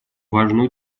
важную